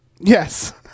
Yes